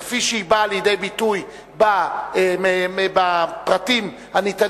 כפי שהיא באה לידי ביטוי בפרטים הניתנים